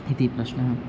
इति प्रश्नः